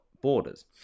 borders